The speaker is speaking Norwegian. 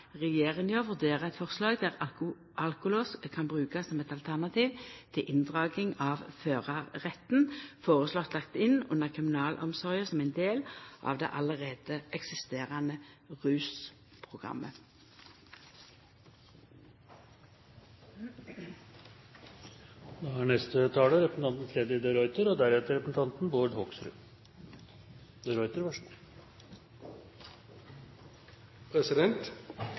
Regjeringa vurderer eit forslag der alkolås kan brukast som eit alternativ til inndraging av førarretten, føreslått lagt inn under kriminalomsorga som ein del av det allereie eksisterande rusprogrammet. Selv om antallet drepte i trafikken har gått ned de siste årene, er dette et område hvor vi alltid vil være utålmodige og